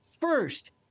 First